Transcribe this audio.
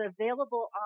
available